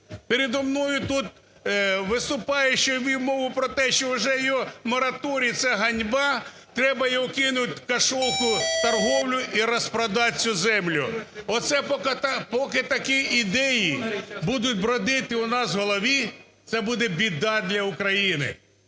Переді мною тут виступаючий вів мову про те, що вже й мораторій – це ганьба, треба його кинути в кошолку, в торговлю і розпродати цю землю. Оце поки такі ідеї будуть бродити у нас в голові, це буде біда для України,